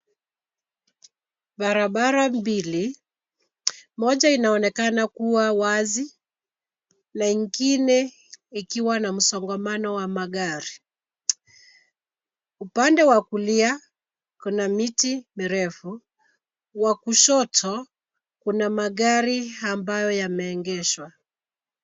Barabara mbili, moja inaonekana kuwa wazi na ingine ikiwa na msongamano wa magari. Upande wa kulia kuna miti mirefu wa kushoto kuna magari ambayo yameegeshwa.